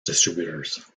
distributors